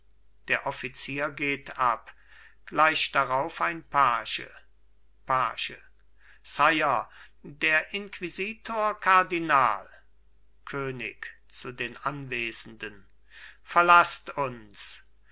der offizier geht ab gleich darauf ein page page sire der inquisitor kardinal könig zu den anwesenden verlaßt uns